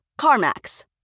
CarMax